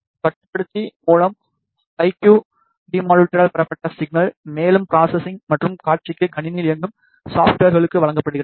கட்டுப்படுத்தி மூலம் I Q டெமோடூலேட்டரால் பெறப்பட்ட சிக்னல் மேலும் ப்ரோஸஸ்சிங் மற்றும் காட்சிக்கு கணினியில் இயங்கும் சாப்ட்வேர்களுக்கு வழங்கப்படுகிறது